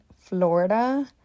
Florida